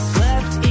Slept